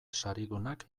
saridunak